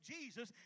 Jesus